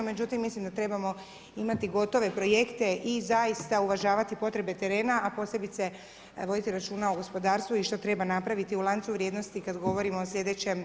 Međutim, mislim da trebamo imati gotove projekte i zaista uvažavati potrebe terena, a posebice voditi računa o gospodarstvu i što treba napraviti u lancu vrijednosti kada govorimo o slijedećem, dakle, razdoblju.